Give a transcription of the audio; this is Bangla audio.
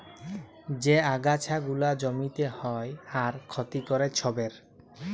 যে আগাছা গুলা জমিতে হ্যয় আর ক্ষতি ক্যরে ছবের